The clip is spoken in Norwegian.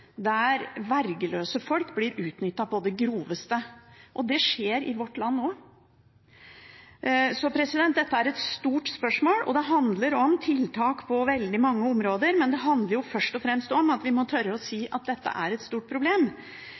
der vergeløse folk blir utnyttet på det groveste. Det skjer i vårt land også. Dette er et stort spørsmål, og det handler om tiltak på veldig mange områder. Men det handler først og fremst om at vi må tørre å si at dette er et stort problem,